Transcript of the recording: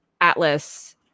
Atlas